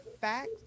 fact